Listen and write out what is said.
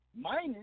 minus